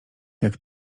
jak